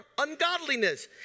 ungodliness